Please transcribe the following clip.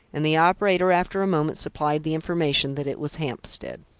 and the operator after a moment supplied the information that it was hampstead.